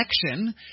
connection